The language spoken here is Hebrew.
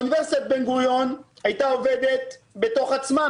אוניברסיטת בן גוריון הייתה עובדת בתוך עצמה,